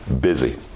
busy